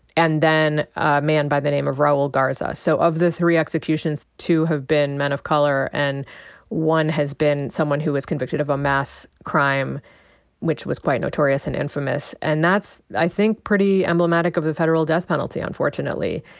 and then a man by the name of raul garza. so of the three executions, two have been men of color, and one has been someone who was convicted of a mass crime which was quite notorious and infamous. and that's i think pretty emblematic of the federal death penalty unfortunately.